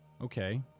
Okay